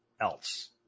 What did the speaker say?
else